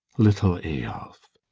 little eyolf!